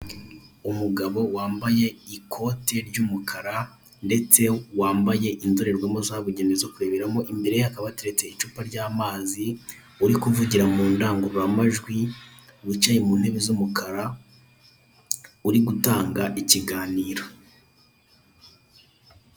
Umugabo wambaye ikote ry'umukara ndetse wambaye indorerwamo zabugenewe zo kureberamo. Imbere ye hakaba hateretse icupa ry'amazi, uri kuvugira mu ndangururamajwi, wicaye mu ntebe z'umukara, uri gutanga ikiganiro.